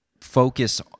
focus